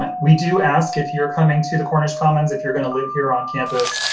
and we do ask if you're coming to the cornish commons, if you're going to live here on campus,